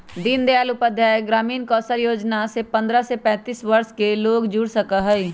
दीन दयाल उपाध्याय ग्रामीण कौशल योजना से पंद्रह से पैतींस वर्ष के लोग जुड़ सका हई